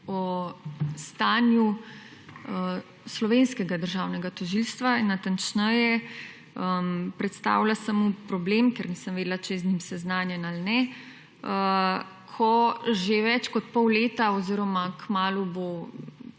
o stanju slovenskega državnega tožilstva natančneje predstavila sem mu problem, ker nisem vedela, če je z njim seznanjen ali ne, ko že več kot pol leta oziroma kmalu bo